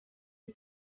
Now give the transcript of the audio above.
you